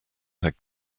had